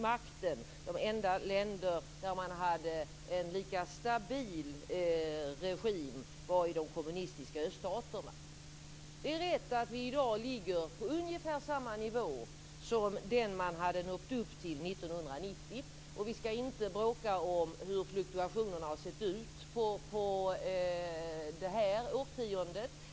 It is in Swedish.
De enda länder där man hade en lika stabil regim var i de kommunistiska öststaterna. Det är riktigt att vi i dag ligger på ungefär samma nivå som den som man hade nått upp till 1990. Och vi ska inte bråka om hur fluktuationerna har sett ut under detta årtionde.